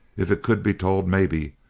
if it could be told. maybe.